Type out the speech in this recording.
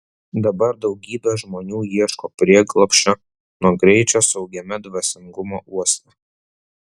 dabar daugybė žmonių ieško prieglobsčio nuo greičio saugiame dvasingumo uoste